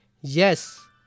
Yes